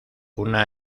una